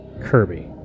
Kirby